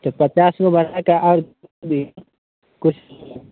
तऽ पचासगो बढ़ाकऽ आओर दिऔ किछु